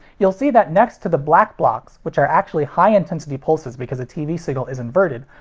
you'll see that next to the black blocks, which are actually high intensity pulses because a tv signal is inverted,